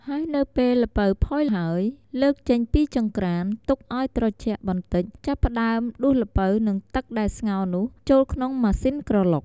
ហើយនៅពេលល្ពៅផុយហើយ លើកចេញពីចង្ក្រាន ទុកឲ្យត្រជាក់បន្តិច ចាប់ផ្ដើមដួសល្ពៅនិងទឹកដែលស្ងោរនោះ ចូលក្នុងម៉ាស៊ីនក្រឡុក។